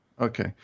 Okay